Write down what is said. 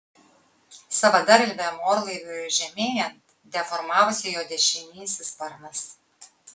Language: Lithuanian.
savadarbiam orlaiviui žemėjant deformavosi jo dešinysis sparnas